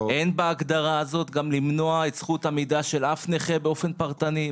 אין בהגדרה הזאת גם למנוע את זכות המידע של אף נכה באופן פרטני,